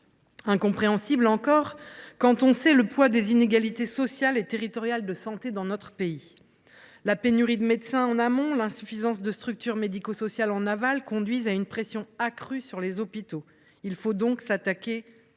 matière, et alors que l’on sait le poids des inégalités sociales et territoriales de santé dans notre pays. La pénurie de médecins en amont et l’insuffisance de structures médico sociales en aval conduisent à une pression accrue sur les hôpitaux. Il faut donc s’attaquer